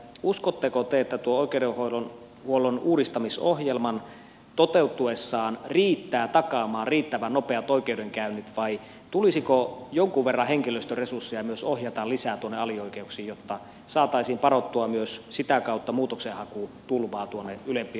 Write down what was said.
uskotteko te että tuo oikeudenhuollon uudistamisohjelma toteutuessaan riittää takaamaan riittävän nopeat oikeudenkäynnit vai tulisiko jonkun verran henkilöstöresursseja myös ohjata lisää alioikeuksiin jotta saataisiin padottua myös sitä kautta muutoksenhakutulvaa ylempiin oikeusasteisiin